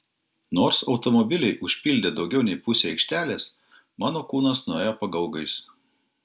nors automobiliai užpildė daugiau nei pusę aikštelės mano kūnas nuėjo pagaugais